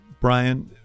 Brian